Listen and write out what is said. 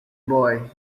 boy